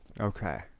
Okay